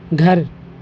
گھر